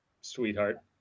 sweetheart